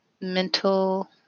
mental